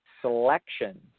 selection